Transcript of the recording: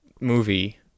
movie